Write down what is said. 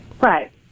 Right